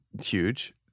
huge